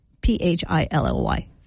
P-H-I-L-L-Y